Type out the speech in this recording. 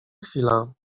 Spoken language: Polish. chwila